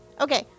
okay